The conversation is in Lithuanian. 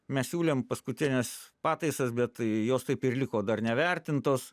mes siūlėm paskutines pataisas bet tai jos taip ir liko dar nevertintos